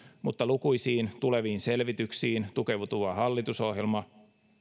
mutta lukuisiin tuleviin selvityksiin tukeutuva hallitusohjelma